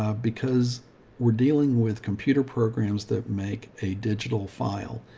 ah because we're dealing with computer programs that make a digital file.